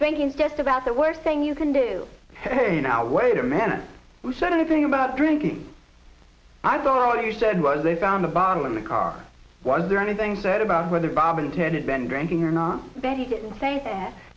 thinking just about the worst thing you can do so hey now wait a minute who said anything about drinking i've already said was they found the bottle in the car was there anything said about whether bob intended been drinking or not that he didn't say that